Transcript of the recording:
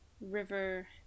river